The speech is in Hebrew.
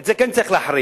את זה כן צריך להחריג.